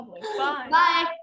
Bye